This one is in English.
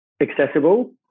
accessible